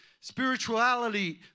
spirituality